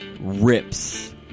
rips